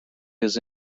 his